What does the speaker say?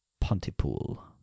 Pontypool